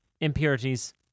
impurities